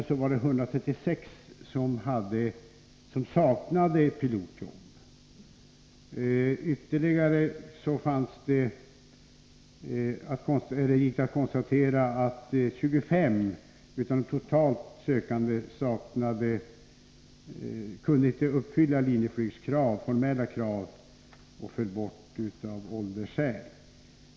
Av dessa var det 136 som saknade pilotjobb. 25 av de sökande kunde inte uppfylla Linjeflygs formella krav eller föll bort av åldersskäl.